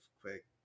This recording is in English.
quick